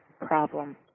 problem